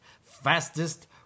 fastest